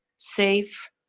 safe,